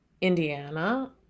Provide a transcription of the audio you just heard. Indiana